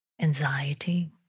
anxiety